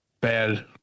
bad